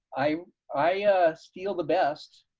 i i steal the best